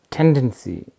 tendency